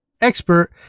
expert